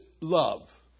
love